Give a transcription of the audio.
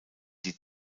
die